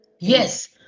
Yes